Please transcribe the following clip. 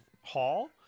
hall